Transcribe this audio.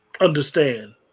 understand